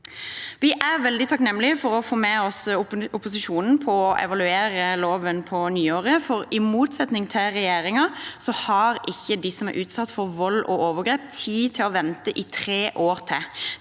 Vi er veldig takknemlige for å ha fått med oss opposisjonen på å evaluere loven på nyåret, for i motsetning til regjeringen har ikke de som er utsatt for vold og overgrep, tid til å vente i tre år til.